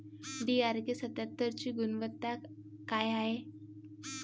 DRK सत्यात्तरची गुनवत्ता काय हाय?